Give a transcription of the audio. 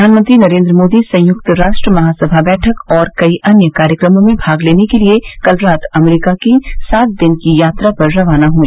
प्रधानमंत्री नरेन्द्र मोदी सयुंक्त राष्ट्र महासभा बैठक और कई अन्य कार्यक्रमों में भाग लेने के लिए कल रात अमरीका की सात दिन की यात्रा पर रवाना हुए